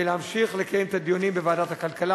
ולהמשיך לקיים את הדיונים בוועדת הכלכלה.